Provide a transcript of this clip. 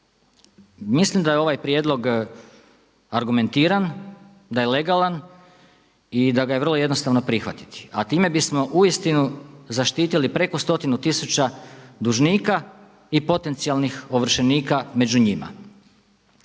Mislim da je ovaj prijedlog argumentiran, da je legalan i da ga je vrlo jednostavno prihvatiti. A time bismo uistinu zaštitili preko stotinu tisuća dužnika i potencijalnih ovršenika među njima.